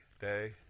day